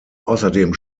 außerdem